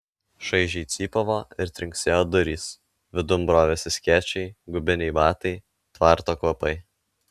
šaižiai cypavo ir trinksėjo durys vidun brovėsi skėčiai guminiai batai tvarto kvapai